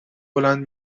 بلند